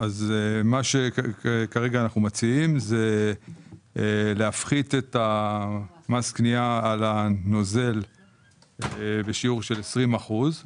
אנחנו מציעים להפחית את מס הקנייה על הנוזל בשיעור של 20 אחוזים.